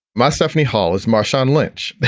my stephanie hall is marshawn lynch,